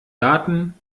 garten